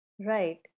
right